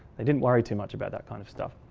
they didn't worry too much about that kind of stuff.